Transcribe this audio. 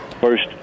First